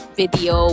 video